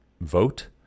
vote